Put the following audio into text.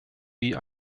wie